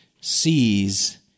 sees